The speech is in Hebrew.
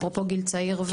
אפרופו גיל צעיר,